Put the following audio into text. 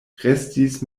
restis